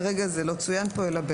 כרגע זה לא צוין פה אלא בהערה.